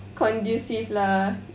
conducive lah